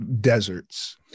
deserts